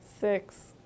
six